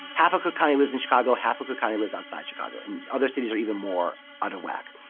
half of cook county lives in chicago. half of cook county lives outside chicago. and other cities are even more out of whack.